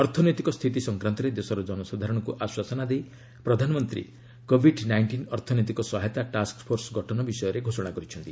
ଅର୍ଥନୈତିକ ସ୍ଥିତି ସଂକ୍ରାନ୍ତରେ ଦେଶର ଜନସାଧାରଣଙ୍କୁ ଆଶ୍ୱାସନା ଦେଇ ପ୍ରଧାନମନ୍ତ୍ରୀ କୋଭିଡ୍ ନାଇଣ୍ଟିନ୍ ଅର୍ଥନୈତିକ ସହାୟତା ଟାସ୍କଫୋର୍ସ ଗଠନ ବିଷୟ ଘୋଷଣା କରିଛନ୍ତି